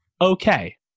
Okay